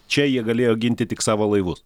čia jie galėjo ginti tik savo laivus